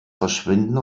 verschwinden